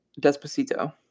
Despacito